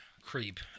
creep